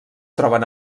troben